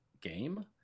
game